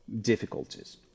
difficulties